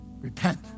Repent